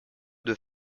deux